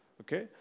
Okay